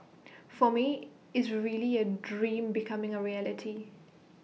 for me is really A dream becoming A reality